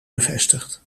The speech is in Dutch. bevestigd